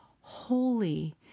holy